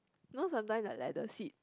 know sometimes like leather seat